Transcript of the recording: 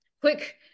quick